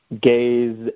gays